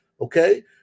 Okay